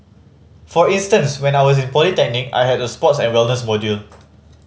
for instance when I was in polytechnic I had a sports and wellness module